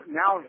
now